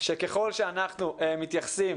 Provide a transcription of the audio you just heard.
שככל שאנחנו מתייחסים